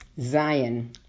Zion